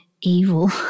evil